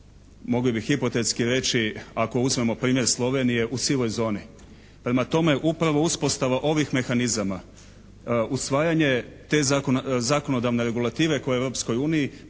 mogli bi hipotetski reći ako uzmemo primjer Slovenije u sivoj zoni. Prema tome, upravo uspostava ovih mehanizama, usvajanje te zakonodavne regulative koja je u Europskoj uniji pomoći